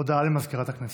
הודעה למזכירת הכנסת.